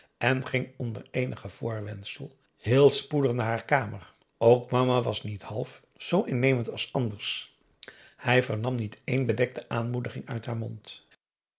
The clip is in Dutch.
en ging onder eenig voorwendsel heel spoedig naar haar kamer ook mama was niet half p a daum hoe hij raad van indië werd onder ps maurits zoo innemend als anders hij vernam niet één bedekte aanmoediging uit haar mond